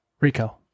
Rico